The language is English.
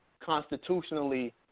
constitutionally